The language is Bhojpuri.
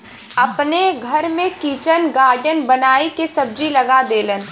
अपने घर में किचन गार्डन बनाई के सब्जी लगा देलन